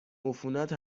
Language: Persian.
عفونت